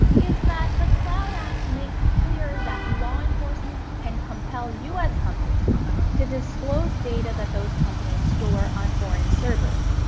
is that the cloud act makes clear that law enforcement can compel u s. companies to disclose data that those companies store on foreign servers,